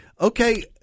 okay